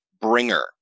bringer